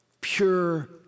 Pure